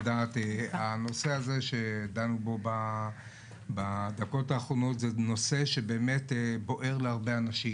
הנושא הזה שדנו בו בדקות האחרונות זה נושא שבאמת בוער להרבה אנשים.